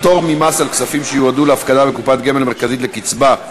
(פטור ממס על כספים שיועדו להפקדה בקופת גמל מרכזית לקצבה),